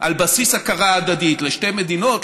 על בסיס הכרה הדדית לשתי מדינות,